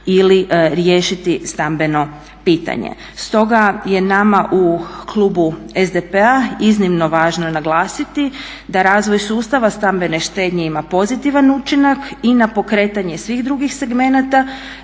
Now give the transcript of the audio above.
ili riješiti stambeno pitanje. Stoga je nama u klubu SDP-a iznimno važno naglasiti da razvoj sustava stambene štednje ima pozitivan učinak i na pokretanje svih drugih segmenata,